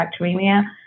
bacteremia